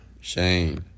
Shane